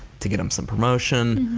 to get em some promotion